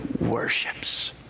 worships